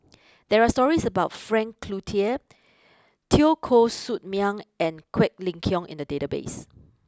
there are stories about Frank Cloutier Teo Koh Sock Miang and Quek Ling Kiong in the database